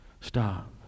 Stop